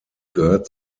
gehört